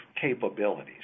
capabilities